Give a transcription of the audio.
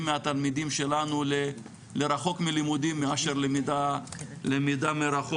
מהתלמידים שלנו לרחוק מלימודים מאשר למידה מרחוק.